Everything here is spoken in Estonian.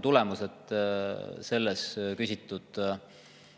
tulemused selles küsitud